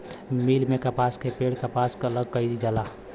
मिल में कपास के पेड़ से कपास अलग कईल जाला